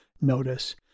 notice